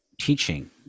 teaching